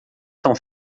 são